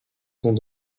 sont